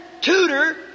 tutor